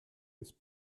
ist